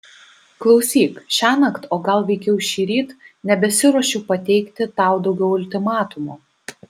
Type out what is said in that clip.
klausyk šiąnakt o gal veikiau šįryt nebesiruošiu pateikti tau daugiau ultimatumų